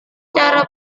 secara